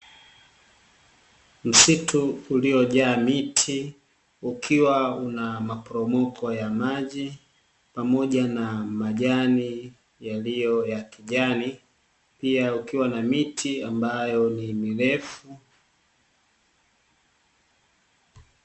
Msitu uliojaa miti, ukiwa una maporomoko ya maji, pamoja na majani yaliyo ya kijani pia ukiwa na miti ambayo ni mirefu.